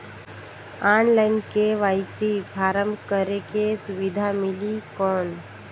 Online KYC form करेके सुविधा मिली कौन?